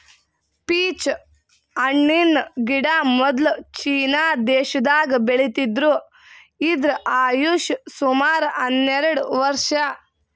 peach ಹಣ್ಣಿನ್ ಗಿಡ ಮೊದ್ಲ ಚೀನಾ ದೇಶದಾಗ್ ಬೆಳಿತಿದ್ರು ಇದ್ರ್ ಆಯುಷ್ ಸುಮಾರ್ ಹನ್ನೆರಡ್ ವರ್ಷ್